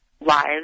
lives